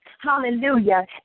hallelujah